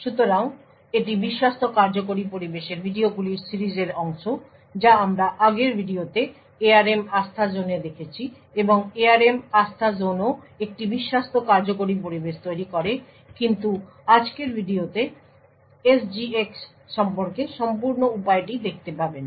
সুতরাং এটি বিশ্বস্ত কার্যকরী পরিবেশের ভিডিওগুলির সিরিজের অংশ যা আমরা আগের ভিডিওতে ARM আস্থাজোনে দেখেছি এবং ARM আস্থাজোনও একটি বিশ্বস্ত কার্যকরী পরিবেশ তৈরি করে কিন্তু আজকের ভিডিওতে SGXসম্পর্কে সম্পূর্ণ উপায়টি দেখতে পাবেন